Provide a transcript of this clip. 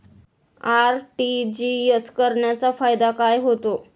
RTGS करण्याचा फायदा काय होतो?